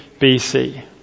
BC